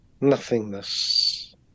nothingness